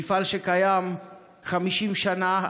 זה מפעל שקיים 50 שנה,